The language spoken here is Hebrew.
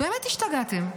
באמת השתגעתם.